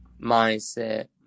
mindset